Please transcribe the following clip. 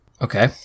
Okay